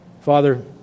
Father